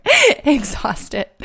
exhausted